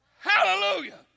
Hallelujah